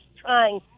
trying